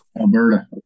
Alberta